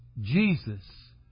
Jesus